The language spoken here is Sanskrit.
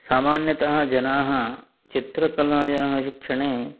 सामान्यतः जनाः चित्रकलायाः शिक्षणे